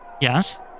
Yes